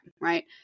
right